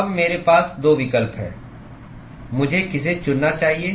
अब मेरे पास दो विकल्प हैं मुझे किसे चुनना चाहिए